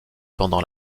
pendant